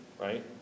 Right